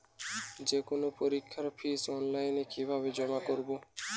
যে কোনো পরীক্ষার ফিস অনলাইনে কিভাবে জমা করব?